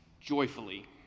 joyfully